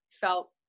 felt